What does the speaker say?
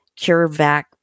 CureVac